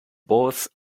both